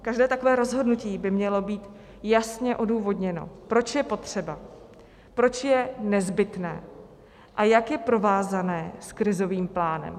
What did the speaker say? Každé takové rozhodnutí by mělo být jasně odůvodněno, proč je potřeba, proč je nezbytné a jak je provázáno s krizovým plánem.